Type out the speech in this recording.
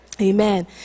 amen